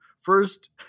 first